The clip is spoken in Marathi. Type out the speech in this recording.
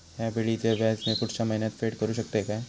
हया वेळीचे व्याज मी पुढच्या महिन्यात फेड करू शकतय काय?